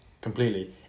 completely